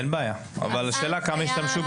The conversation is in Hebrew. אין בעיה אבל השאלה כמה ישתמשו בזה.